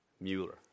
Mueller